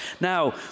Now